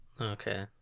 Okay